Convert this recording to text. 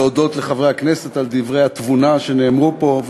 להודות לחברי הכנסת על דברי התבונה שנאמרו פה.